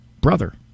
Brother